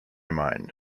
mind